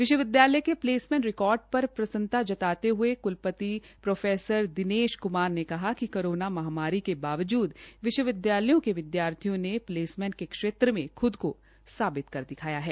विश्वविद्यालय क placement record पर प्रसन्न्ता जताते हये क्लपति प्रो दिनेश क्मार ने कहा कि कोरोना महामारी के वाबजूद विश्वविद्यालयों के विद्यार्थियों में प्लेसमेंट के क्षेत्र में ख्द को साबित किया है